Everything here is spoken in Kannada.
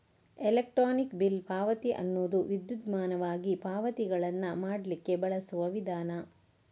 ಎಲೆಕ್ಟ್ರಾನಿಕ್ ಬಿಲ್ ಪಾವತಿ ಅನ್ನುದು ವಿದ್ಯುನ್ಮಾನವಾಗಿ ಪಾವತಿಗಳನ್ನ ಮಾಡ್ಲಿಕ್ಕೆ ಬಳಸುವ ವಿಧಾನ